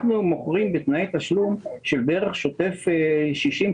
אנחנו מוכרים בתנאי תשלום של בערך שוטף 60,